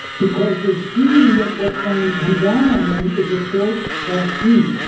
because they're seeing that what's going to come down on them is a forced vaccine.